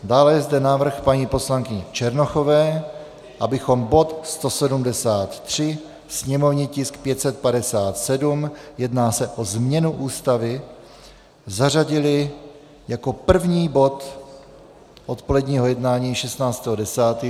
Dále je zde návrh paní poslankyně Černochové, abychom bod 173, sněmovní tisk 557, jedná se o změnu Ústavy, zařadili jako první bod odpoledního jednání 16. 10.